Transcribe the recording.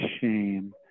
shame